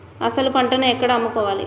అసలు పంటను ఎక్కడ అమ్ముకోవాలి?